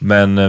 Men